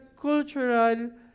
cultural